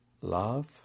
love